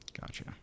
Gotcha